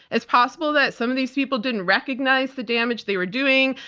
it's possible that some of these people didn't recognize the damage they were doing,